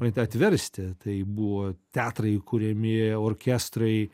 at atversti tai buvo teatrai kuriami orkestrai